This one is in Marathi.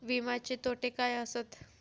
विमाचे तोटे काय आसत?